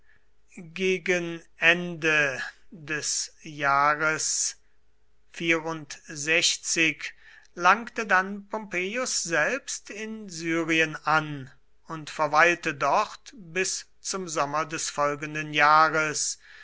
gegen ende des jahres langte dann pompeius selbst in syrien an und verweilte dort bis zum sommer des folgenden jahres